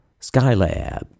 Skylab